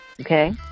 Okay